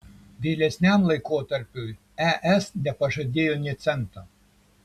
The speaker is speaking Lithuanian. vėlesniam laikotarpiui es nepažadėjo nė cento